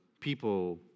people